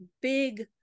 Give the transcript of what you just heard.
big